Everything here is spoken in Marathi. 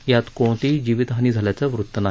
यात कोणतीही जीवितहानी झाल्याचं वृत्त नाही